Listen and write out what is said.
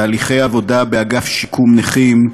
תהליכי העבודה באגף שיקום נכים,